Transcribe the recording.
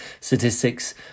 statistics